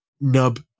nub